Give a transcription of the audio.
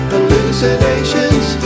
Hallucinations